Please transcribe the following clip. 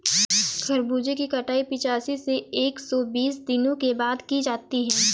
खरबूजे की कटाई पिचासी से एक सो बीस दिनों के बाद की जाती है